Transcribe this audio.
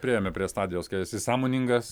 priėjome prie stadijos kai esi sąmoningas